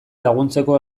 laguntzeko